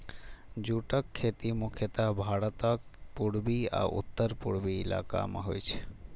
जूटक खेती मुख्यतः भारतक पूर्वी आ उत्तर पूर्वी इलाका मे होइ छै